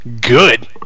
good